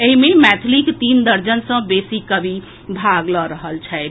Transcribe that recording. एहि मे मैथिलीक तीन दर्जन सँ बेसी कवि भाग लऽ रहल छथि